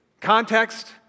Context